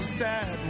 sad